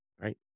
Right